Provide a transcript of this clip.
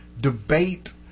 debate